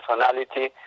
personality